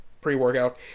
pre-workout